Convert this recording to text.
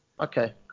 Okay